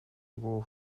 begå